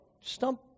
stump